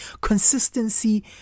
Consistency